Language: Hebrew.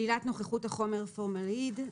שלילת נוכחות החומר פורמלדהיד,